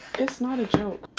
it's not a joke